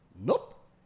Nope